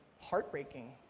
heartbreaking